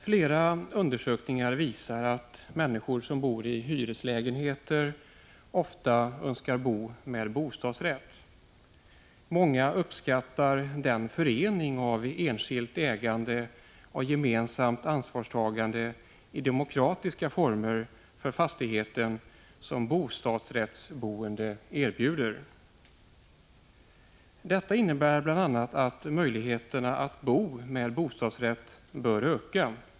Flera undersökningar visar att människor som bor i hyreslägenheter ofta önskar bo med bostadsrätt. Många uppskattar den förening av enskilt ägande och gemensamt ansvarstagande i demokratiska former för fastigheten som bostadsrättsboende erbjuder. Detta innbär bl.a. att möjligheterna att bo med bostadsrätt bör öka.